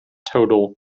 total